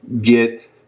get